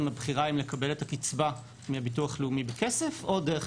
הבחירה היא האם לקבל את הקצבה מביטוח לאומי בכסף או דרך